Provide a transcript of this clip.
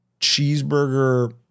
cheeseburger